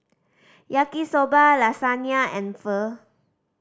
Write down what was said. Yaki Soba Lasagna and Pho